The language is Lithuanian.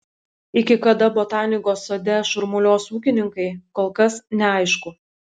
iki kada botanikos sode šurmuliuos ūkininkai kol kas neaišku